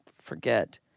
forget